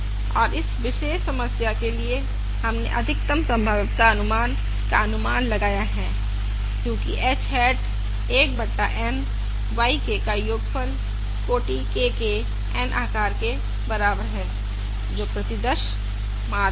और इस विशेष समस्या के लिए हमने अधिकतम संभाव्यता अनुमान का अनुमान लगाया है क्योंकि h हैट 1 बटा N समेशन K बराबर 1 से N yK के बराबर है जो प्रतिदर्श माध्य है